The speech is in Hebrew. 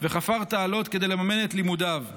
וחפר תעלות כדי לממן את לימודיו.